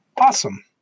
awesome